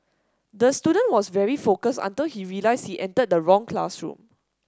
the student was very focus until he realised he entered the wrong classroom